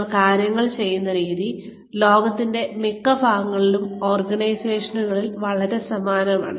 നമ്മൾ കാര്യങ്ങൾ ചെയ്യുന്ന രീതി ലോകത്തിന്റെ മിക്ക ഭാഗങ്ങളിലും ഓർഗനൈസേഷനുകളിൽ വളരെ സമാനമാണ്